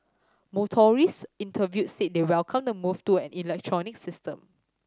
motorists interviewed said they welcome the move to an electronic system